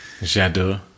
J'adore